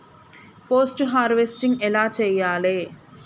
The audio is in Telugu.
పోస్ట్ హార్వెస్టింగ్ ఎలా చెయ్యాలే?